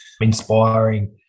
inspiring